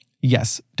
yes